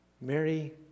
Mary